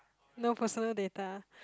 no personal data